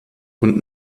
und